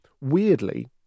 Weirdly